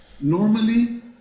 normally